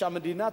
שהמדינה תממן,